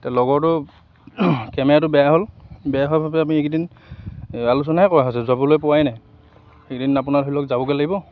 এতিয়া লগৰটো কেমেৰাটো বেয়া হ'ল বেয়া হোৱাৰ বাবে আমি এইকেইদিন আলোচনাহে কৰা হৈছে যাবলৈ পোৱাই নাই এইকেইদিন আপোনাৰ ধৰি লওক যাবগৈ লাগিব